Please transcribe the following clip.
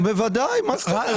בוודאי, מה זאת אומרת?